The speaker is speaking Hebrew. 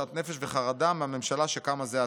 שאט נפש וחרדה מהממשלה שקמה זה עתה.